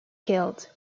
killed